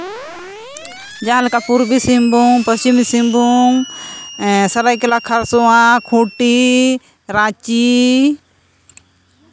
ᱡᱟᱦᱟᱸᱞᱮᱠᱟ ᱯᱩᱨᱵᱤ ᱥᱤᱝᱵᱷᱩᱢ ᱯᱚᱥᱪᱤᱢ ᱥᱤᱝᱵᱷᱩᱢ ᱥᱟᱹᱨᱟᱹᱭᱠᱮᱞᱟ ᱠᱷᱟᱨᱥᱚᱶᱟ ᱠᱷᱩᱴᱤ ᱨᱟᱸᱪᱤ